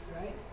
right